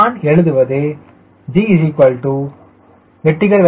எனவே நான் எழுதுவது GVVV15003